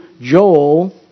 Joel